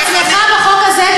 אצלך בחוק הזה,